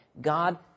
God